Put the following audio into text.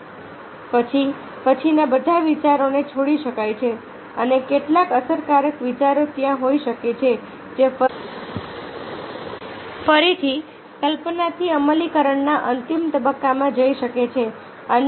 પછી પછીના બધા વિચારોને જોડી શકાય છે અને કેટલાક અસરકારક વિચારો ત્યાં હોઈ શકે છે જે ફરીથી કલ્પનાથી અમલીકરણના અંતિમ તબક્કામાં જઈ શકે છે